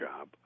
job